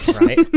Right